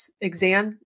exam